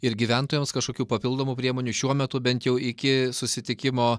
ir gyventojams kažkokių papildomų priemonių šiuo metu bent jau iki susitikimo